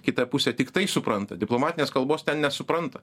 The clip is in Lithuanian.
kita pusė tik tai supranta diplomatinės kalbos nesupranta